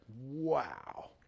wow